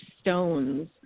stones